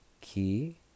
key